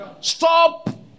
Stop